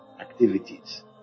activities